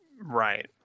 Right